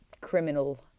criminal